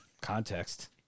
context